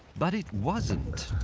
but it wasn't.